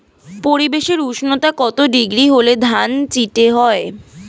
পরিবেশের উষ্ণতা কত ডিগ্রি হলে ধান চিটে হয়?